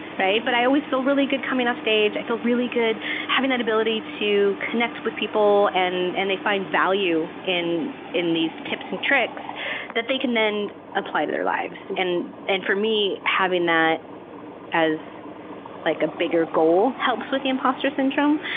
but i always feel really good coming off stage. i feel really good having that ability to connect with people, and and they find value in in these tips and tricks that they can then apply to their lives. and and for me, having that as like a bigger goal helps with the imposter syndrome.